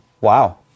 Wow